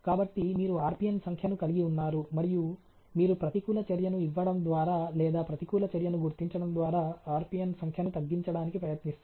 కాబట్టి మీరు RPN సంఖ్యను కలిగి ఉన్నారు మరియు మీరు ప్రతికూల చర్యను ఇవ్వడం ద్వారా లేదా ప్రతికూల చర్యను గుర్తించడం ద్వారా RPN సంఖ్యను తగ్గించడానికి ప్రయత్నిస్తున్నారు